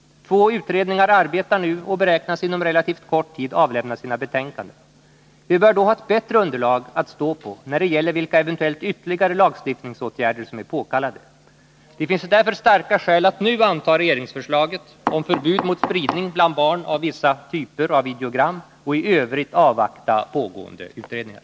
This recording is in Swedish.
Två utredningar arbetar nu och beräknas inom relativt kort tid avlämna sina betänkanden. Vi bör då ha ett bättre underlag att stå på när det gäller vilka eventuellt ytterligare lagstiftningsåtgärder som är påkallade. Det finns därför starka skäl att nu anta regeringsförslaget om förbud mot spridning bland barn av vissa typer av videogram och i övrigt avvakta pågående utredningar.